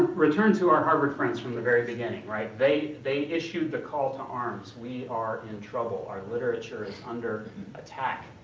return to our harvard friends from the very beginning. they they issued the call to arms we are in trouble. our literature is under attack.